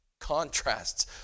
contrasts